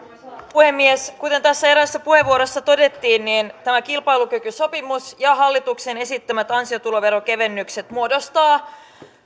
puhemies kuten tässä eräässä puheenvuorossa todettiin kilpailukykysopimus ja hallituksen esittämät ansiotuloverokevennykset muodostavat